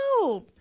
no